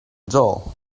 doll